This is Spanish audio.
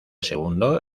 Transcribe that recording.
segundo